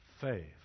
faith